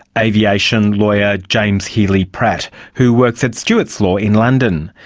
aviation lawyer james healy-pratt who works at stewarts law in london.